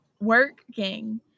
working